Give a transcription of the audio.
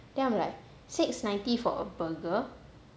then I'm like six ninety for a burger